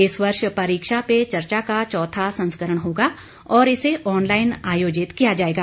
इस वर्ष परीक्षा पे चर्चा का चौथा संस्करण होगा और इसे ऑनलाइन आयोजित किया जाएगा